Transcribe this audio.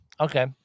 Okay